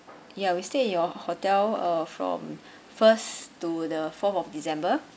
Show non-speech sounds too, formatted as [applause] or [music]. ya we stay in your hotel uh from [breath] first to the fourth of december